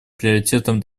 приоритетом